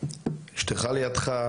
אשתך לידך,